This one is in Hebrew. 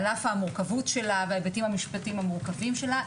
על אף המורכבות שלה וההיבטים המשפטיים המורכבים שלה,